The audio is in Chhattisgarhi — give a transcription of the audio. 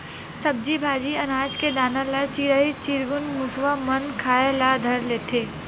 सब्जी भाजी, अनाज के दाना ल चिरई चिरगुन, मुसवा मन खाए ल धर लेथे